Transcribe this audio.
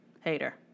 Hater